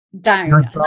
down